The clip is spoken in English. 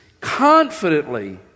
confidently